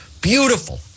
Beautiful